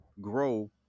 grow